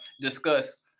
discuss